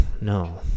no